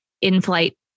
in-flight